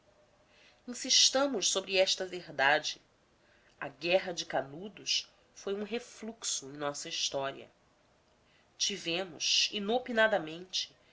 guerreiro insistamos sobre esta verdade a guerra de canudos foi um refluxo em nossa história tivemos